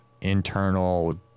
internal